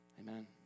Amen